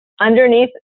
underneath